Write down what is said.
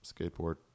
skateboard